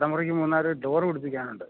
ഇടമുറിക്കു മുന്ന് നാല് ഡോര് പിടിപ്പിക്കാനുണ്ട്